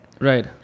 Right